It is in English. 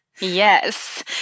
Yes